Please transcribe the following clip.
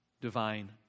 divine